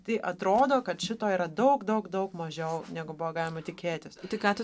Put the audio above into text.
tai atrodo kad šito yra daug daug daug mažiau negu buvo galima tikėtis tik ką tu